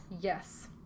Yes